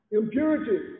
impurity